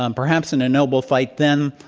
um perhaps in an elbow fight then,